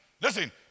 Listen